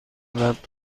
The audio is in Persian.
بعد